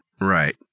Right